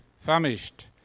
famished